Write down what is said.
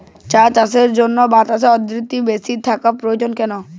চা চাষের জন্য বাতাসে আর্দ্রতা বেশি থাকা প্রয়োজন কেন?